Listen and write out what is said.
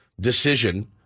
decision